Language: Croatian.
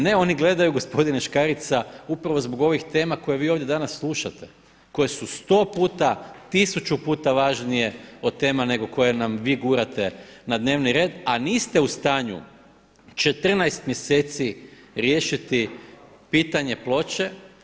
Ne, oni gledaju gospodine Škarica upravo zbog ovih tema koje vi danas ovdje slušate, koje su sto puta, tisuću puta važnije od tema nego koje nam vi gurate na dnevni red, a niste u stanju 14 mjeseci riješiti pitanje Ploče.